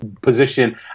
position